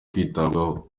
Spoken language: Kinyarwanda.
kwitabwaho